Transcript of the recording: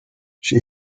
she